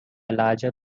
larger